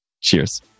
Cheers